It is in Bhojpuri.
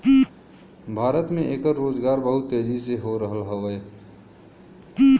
भारत में एकर रोजगार बहुत तेजी हो रहल हउवे